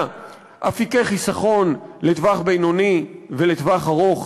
אפיקי חיסכון לטווח בינוני ולטווח ארוך,